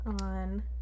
on